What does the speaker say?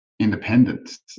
independence